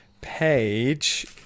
page